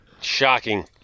Shocking